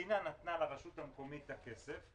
המדינה נתנה לרשות המקומית את הכסף,